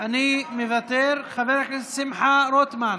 אני מוותר, חבר הכנסת שמחה רוטמן,